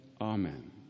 Amen